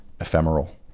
ephemeral